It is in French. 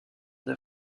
des